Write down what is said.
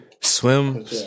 swim